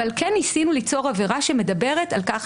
אבל כן ניסינו ליצור עבירה שמדברת על כך